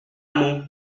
moue